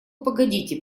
погодите